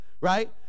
right